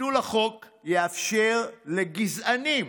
ביטול החוק יאפשר לגזענים,